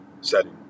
setting